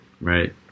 right